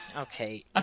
Okay